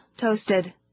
toasted